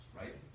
right